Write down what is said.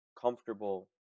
comfortable